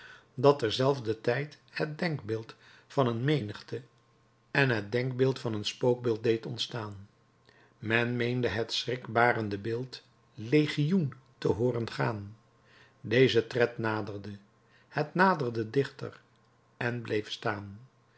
dat terzelfder tijd het denkbeeld van een menigte en het denkbeeld van een spookbeeld deed ontstaan men meende het schrikbarende beeld legioen te hooren gaan deze tred naderde het naderde dichter en bleef staan